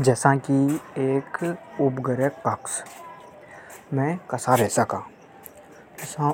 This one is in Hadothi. जसा एक उपग्रह कक्ष में कसा रे सका। जसा